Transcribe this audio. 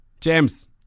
James